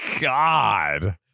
God